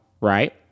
right